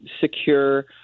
secure